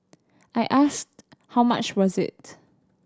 I asked how much was it